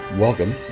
Welcome